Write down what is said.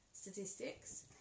statistics